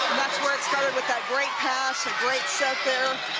that's where it started with that great pass, great set there